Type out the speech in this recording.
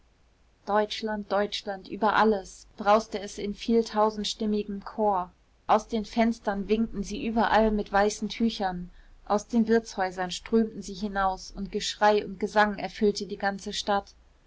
deutschland deutschland über alles brauste es in vieltausendstimmigem chor aus den fenstern winkten sie überall mit weißen tüchern aus den wirtshäusern strömten sie hinaus und geschrei und gesang erfüllte die ganze stadt